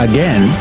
Again